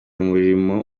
umurimo